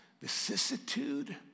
vicissitude